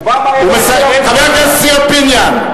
חבר הכנסת ציון פיניאן.